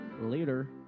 Later